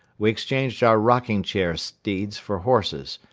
we exchanged our rocking-chair steeds for horses,